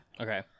Okay